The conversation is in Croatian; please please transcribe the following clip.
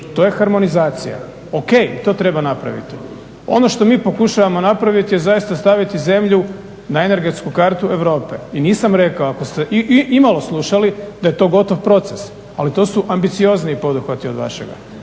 To je harmonizacija. Ok, to treba napraviti. Ono što mi pokušavamo napraviti, zaista staviti zemlju na energetsku kartu Europe i nisam rekao, ako ste imalo slušali da je to gotov proces, ali to su ambiciozniji poduhvati od vašega.